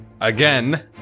Again